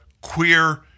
Queer